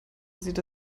sieht